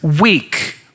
weak